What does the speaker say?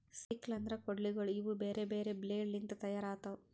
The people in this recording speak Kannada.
ಸಿಕ್ಲ್ ಅಂದುರ್ ಕೊಡ್ಲಿಗೋಳ್ ಇವು ಬೇರೆ ಬೇರೆ ಬ್ಲೇಡ್ ಲಿಂತ್ ತೈಯಾರ್ ಆತವ್